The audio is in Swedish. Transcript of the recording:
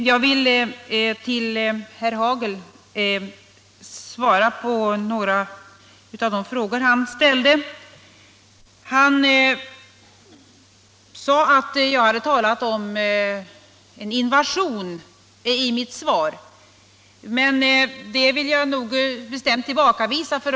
Herr talman! Jag vill svara på några av de frågor herr Hagel ställde. Han sade att jag hade talat om en invasion i mitt svar, men det vill jag bestämt tillbakavisa.